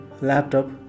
laptop